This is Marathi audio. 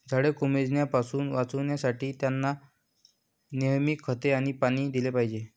झाडे कोमेजण्यापासून वाचवण्यासाठी, त्यांना नेहमी खते आणि पाणी दिले पाहिजे